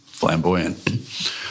flamboyant